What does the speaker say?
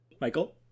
Michael